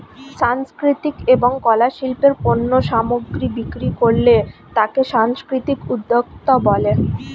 সাংস্কৃতিক এবং কলা শিল্পের পণ্য সামগ্রী বিক্রি করলে তাকে সাংস্কৃতিক উদ্যোক্তা বলে